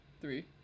three